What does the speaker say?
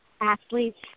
Athletes